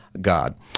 God